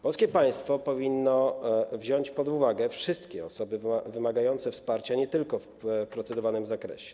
Polskie państwo powinno wziąć pod uwagę wszystkie osoby wymagające wsparcia nie tylko w procedowanym zakresie.